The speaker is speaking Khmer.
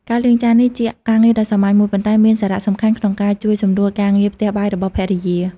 ការលាងចាន នេះជាការងារដ៏សាមញ្ញមួយ ប៉ុន្តែមានសារៈសំខាន់ក្នុងការជួយសម្រួលការងារផ្ទះបាយរបស់ភរិយា។